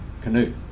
canoe